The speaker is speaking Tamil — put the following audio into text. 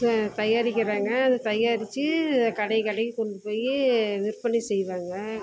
தயாரிக்கிறாங்க அதை தயாரித்து அத கடை கடைக்கு கொண்டு போய் விற்பனை செய்வாங்க